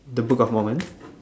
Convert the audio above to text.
the book of moment